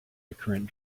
recurrent